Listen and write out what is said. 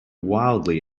wildly